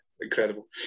incredible